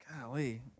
Golly